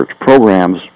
programs